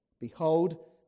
Behold